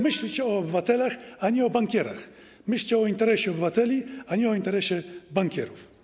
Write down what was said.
Myślcie o obywatelach, a nie o bankierach, myślcie o interesie obywateli, a nie o interesie bankierów.